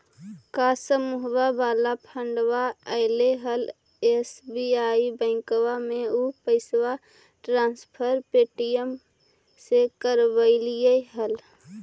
का समुहवा वाला फंडवा ऐले हल एस.बी.आई बैंकवा मे ऊ पैसवा ट्रांसफर पे.टी.एम से करवैलीऐ हल?